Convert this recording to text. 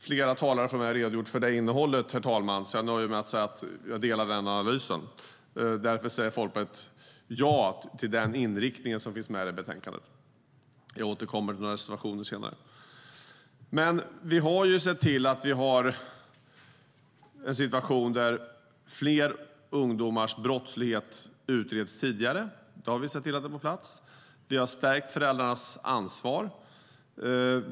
Flera talare har redan redogjort för innehållet, så jag nöjer mig med att säga att jag instämmer i den analysen. Därför säger Folkpartiet ja till den inriktning som finns med i betänkandet. Jag återkommer till reservationerna senare. Vi har ju en situation där fler ungdomars brottslighet utreds tidigare. Det har vi sett till att få på plats. Vi har stärkt föräldrarnas ansvar.